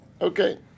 Okay